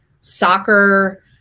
soccer